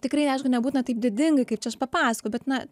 tikrai aišku nebūna taip didingai kaip čia aš papasakojau bet na